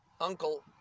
uncle